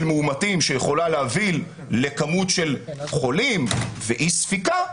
מאומתים שיכולה להביא לכמות של חולים ואי ספיקה,